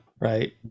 right